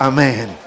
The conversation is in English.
Amen